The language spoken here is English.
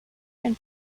and